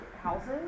houses